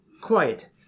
Quiet